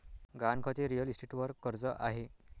गहाणखत हे रिअल इस्टेटवर कर्ज आहे